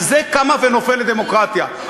על זה קמה ונופלת דמוקרטיה.